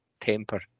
temper